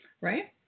Right